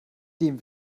dem